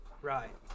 right